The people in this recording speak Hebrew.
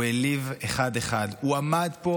הוא העליב אחד-אחד, הוא עמד פה